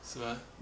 是 meh